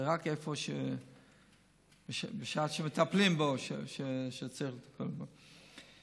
זה רק בשעה שמטפלים בו, שצריך לטפל בו.